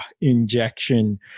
injection